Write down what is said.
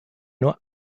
nur